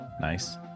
nice